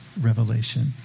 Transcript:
revelation